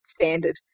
standard